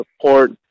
support